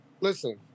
Listen